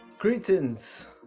Greetings